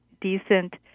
decent